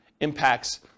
impacts